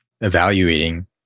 evaluating